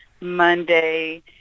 Monday